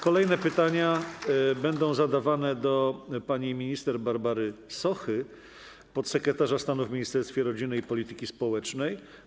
Kolejne pytanie będzie kierowane do pani minister Barbary Sochy, podsekretarza stanu w Ministerstwie Rodziny i Polityki Społecznej.